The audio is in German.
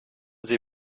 sie